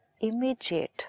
Immediate